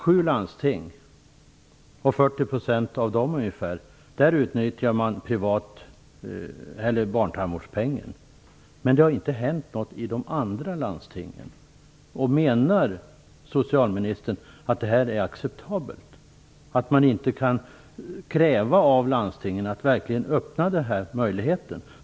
Sju landsting, 40 % av dem, utnyttjar i dag barntandvårdspengen. Men det har inte hänt någonting i de andra landstingen. Menar socialministern att det är acceptabelt? Kan man inte kräva att landstingen verkligen utnyttjar denna möjlighet?